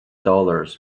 dollars